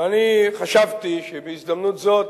ואני חשבתי שבהזדמנות זאת,